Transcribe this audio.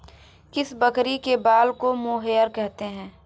किस बकरी के बाल को मोहेयर कहते हैं?